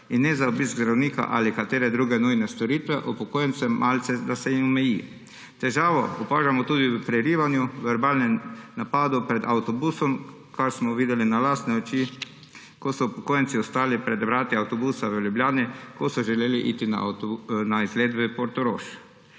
in ne za obisk zdravnika ali katere druge nujne storitve, upokojencem malce omejili. Težavo opažamo tudi v prerivanju, verbalnem napadu pred avtobusom, kar smo videli na lastne oči, ko so upokojenci ostali pred vrati avtobusa v Ljubljani, ko so želeli iti na izlet v Portorož.